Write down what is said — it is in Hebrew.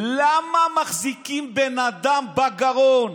למה מחזיקים בן אדם בגרון?